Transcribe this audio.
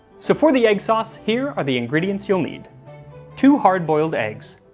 so for the egg sauce here are the ingredients you'll need two hard-boiled eggs,